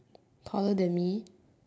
taller than me